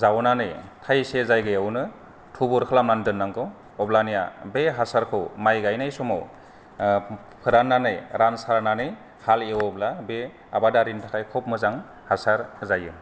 जावनानै खायसे जायगायावनो थुबुर खालामनानै दोननांगौ अब्लानिया बे हासारखौ माइ गायनाय समाव फोराननानै रानसारनानै हाल एवोब्ला बे आबादारिनि थाखाय खब मोजां हासार जायो